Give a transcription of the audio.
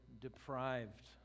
deprived